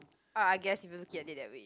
ah I guess if you looking at it that way